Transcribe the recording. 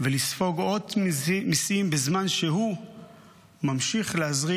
ולספוג עוד מיסים בזמן שהוא ממשיך להזרים